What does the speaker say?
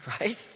Right